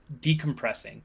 decompressing